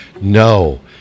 No